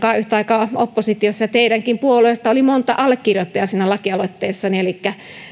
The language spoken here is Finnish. kanssa yhtä aikaa oppositiossa ja teidänkin puolueesta oli monta allekirjoittajaa siinä lakialoitteessani